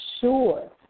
sure